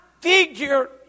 figure